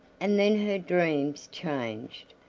and then her dreams changed,